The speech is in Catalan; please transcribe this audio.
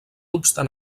obstant